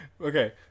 okay